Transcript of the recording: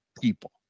people